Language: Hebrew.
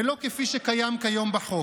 ולא כפי שקיים כיום בחוק,